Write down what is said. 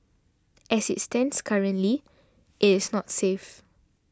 as it stands currently it is not safe